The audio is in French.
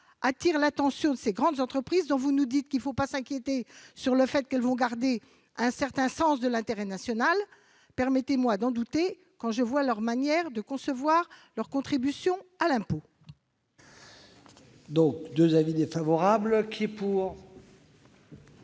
attirent l'attention de ces grandes entreprises, dont vous nous dites qu'elles vont garder un certain sens de l'intérêt national. Permettez-moi d'en douter quand je vois leur manière de concevoir leur contribution à l'impôt